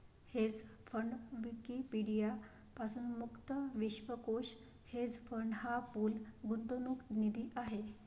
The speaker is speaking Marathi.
हेज फंड विकिपीडिया पासून मुक्त विश्वकोश हेज फंड हा पूल गुंतवणूक निधी आहे